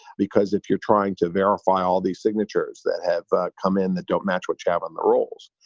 because if you're trying to verify all these signatures that have come in that don't match what you have on the rolls,